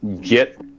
get